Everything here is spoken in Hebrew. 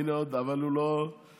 הינה עוד אבל הוא לא מצביע.